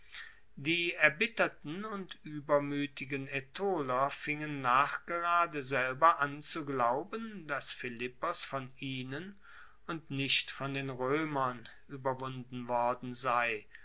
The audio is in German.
die erbitterten und uebermuetigen aetoler fingen nachgerade selber an zu glauben dass philippos von ihnen und nicht von den roemern ueberwunden worden sei